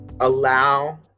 allow